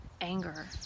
anger